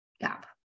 gap